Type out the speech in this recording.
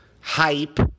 hype